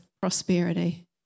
prosperity